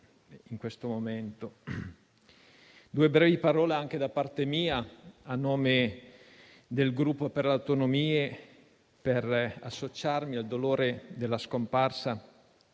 Due brevi parole anche da parte mia, a nome del Gruppo per le Autonomie, per associarmi al dolore per la scomparsa